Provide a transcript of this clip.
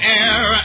air